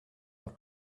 have